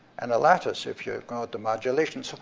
and a lattice, if you ignored the modulation.